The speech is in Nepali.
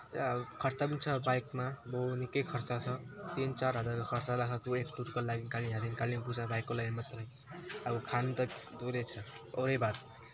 यसै अब खर्च पनि छ बाइकमा अब निकै खर्च छ तिन चार हजारको खर्च लाग्छ पुरै टुरको लागि कालि यहाँदेखिन् कालिम्पोङ जाँदा बाइकको लागि मात्रै अब खानु त दुरै छ औरै बात